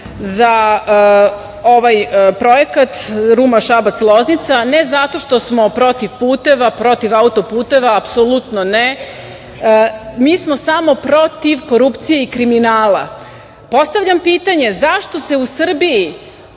za ovaj projekat Ruma-Šabac-Loznica ne zato što smo protiv puteva, protiv auto-puteva apsolutno ne, mi smo samo protiv korupcije i kriminala. Postavljam pitanje zašto se u Srbiji